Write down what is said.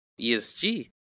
ESG